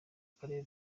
karere